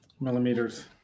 millimeters